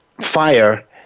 fire